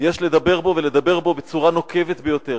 יש לדבר בו, ולדבר בו בצורה נוקבת ביותר.